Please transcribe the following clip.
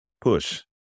push